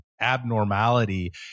abnormality